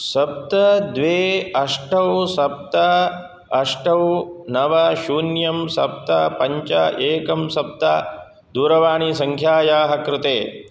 सप्त द्वे अष्टौ सप्त अष्टौ नव शून्यं सप्त पञ्च एकं सप्त दूरवाणीसंख्यायाः कृते